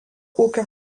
ūkio